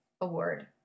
Award